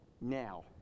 now